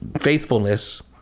faithfulness